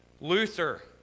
Luther